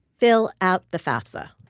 fill out the fafsa.